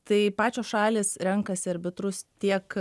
tai pačios šalys renkasi arbitrus tiek